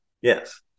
Yes